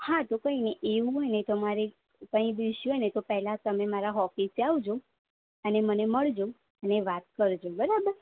હા તો કંઈ નહીં એવું હોય ને તમારે કંઈ બી ઇસ્યુ હોય ને તો તમે મારા ઓફિસે આવજો અને મને મળજો અને વાત કરજો બરાબર